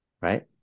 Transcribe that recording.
Right